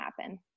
happen